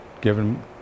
given